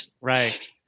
right